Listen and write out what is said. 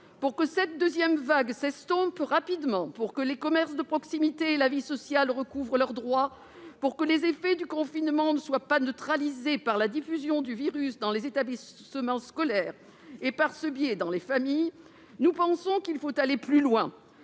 Pour que cette deuxième vague s'estompe rapidement, pour que les commerces de proximité et la vie sociale retrouvent leurs droits, pour que les effets du confinement ne soient pas neutralisés par la diffusion du virus dans les établissements scolaires et, par ce biais, dans les familles, nous pensons qu'il faut aller plus loin.